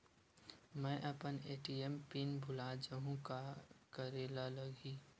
मैं अपन ATM PIN भुला जहु का करे ला लगही?